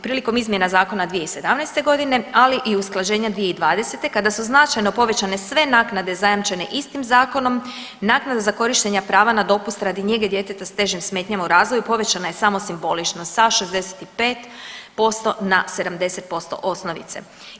Prilikom izmjena zakona 2017. godine, ali i usklađenja 2020. kada su značajno povećane sve naknade zajamčene istim zakonom, naknada za korištenje prava na dopust radi njege djeteta s težim smetnjama u razvoju povećana je samo simbolično sa 65% na 70% osnovice.